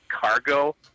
Cargo